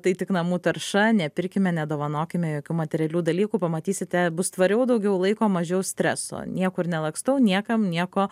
tai tik namų tarša nepirkime nedovanokime jokių materialių dalykų pamatysite bus tvariau daugiau laiko mažiau streso niekur nelakstau niekam nieko